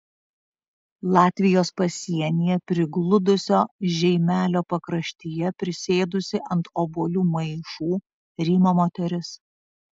latvijos pasienyje prigludusio žeimelio pakraštyje prisėdusi ant obuolių maišų rymo moteris